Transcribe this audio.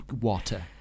water